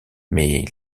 mais